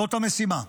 זאת המשימה.